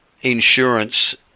insurance